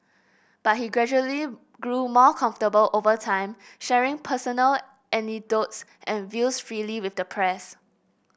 but he gradually grew more comfortable over time sharing personal anecdotes and views freely with the press